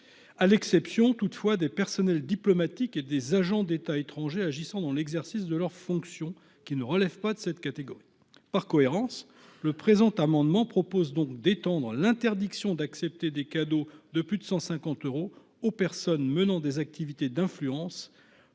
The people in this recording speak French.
à l’exception des personnels diplomatiques et des agents d’États étrangers agissant dans l’exercice de leurs fonctions, qui ne relèvent pas de cette catégorie. Par cohérence, l’amendement tend à étendre l’interdiction d’accepter des cadeaux de plus de 150 euros aux personnes menant des activités d’influence